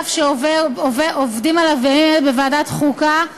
נוסף שעובדים עליו בימים אלה בוועדת החוקה,